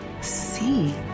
see